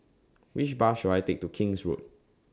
Which Bus should I Take to King's Road